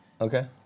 Okay